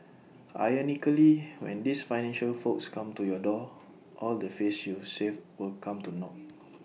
ironically when these financial folks come to your door all the face you saved will come to naught